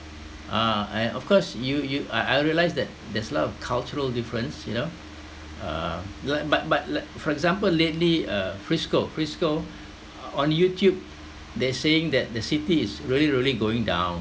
uh and of course you you I I realise that there's a lot of cultural difference you know um like but but like for example lately uh frisco frisco on youtube they're saying that the city is really really going down